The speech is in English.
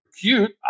cute